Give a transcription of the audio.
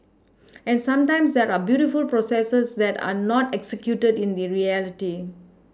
and sometimes there are beautiful processes that are not executed in the reality